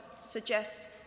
suggests